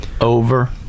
over